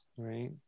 Right